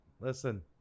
listen